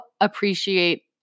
appreciate